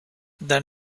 then